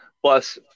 Plus